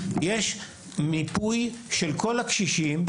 יש מיפוי של כל הקשישים,